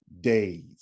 days